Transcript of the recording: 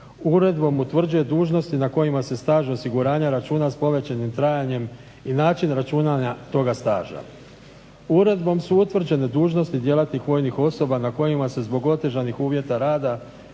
uredbom utvrđuje dužnosti na kojima se staž osiguranja računa s povećanim trajanjem i način računanja toga staža. Uredbom su utvrđene dužnosti djelatnih vojnih osoba na kojima se zbog otežanih uvjeta rada